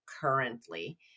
currently